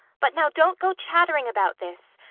but now don't go chattering about this.